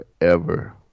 forever